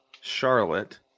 Charlotte